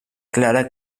clara